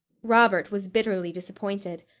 robert was bitterly disappointed.